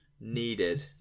needed